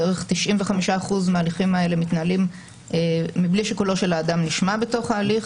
בערך 95% מההליכים האלה מתנהלים מבלי שקולו של האדם נשמע בתוך ההליך,